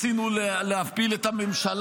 כיבדנו, נאבקנו, ניסינו להפיל את הממשלה.